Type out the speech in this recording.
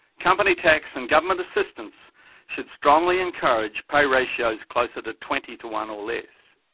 company tax and government assistance should strongly encourage pay ratios closer to twenty to one or less.